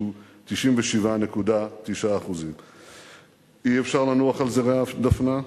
שהוא 97.9%. אי-אפשר לנוח על זרי הדפנה.